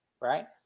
right